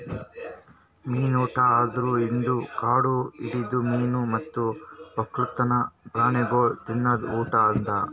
ಮೀನು ಊಟ ಅಂದುರ್ ಇದು ಕಾಡು ಹಿಡಿದ ಮೀನು ಮತ್ತ್ ಒಕ್ಕಲ್ತನ ಪ್ರಾಣಿಗೊಳಿಗ್ ತಿನದ್ ಊಟ ಅದಾ